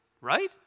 right